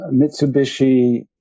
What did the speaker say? Mitsubishi